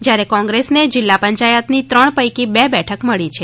જયારે કોગ્રેસને જિલ્લા પંચાયતની ત્રણ પૈકી બે બેઠક મળી છે